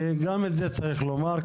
גם את זה צריך לומר.